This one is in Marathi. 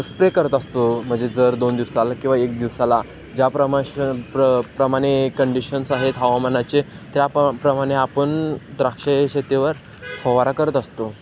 स्प्रे करत असतो म्हणजे जर दोन दिवसाला किंवा एक दिवसाला ज्या प्रमाश प्र प्रमाणे कंडिशन्स आहेत हवामानाचे त्या प प्रमाणे आपण द्राक्ष शेतीवर फवारा करत असतो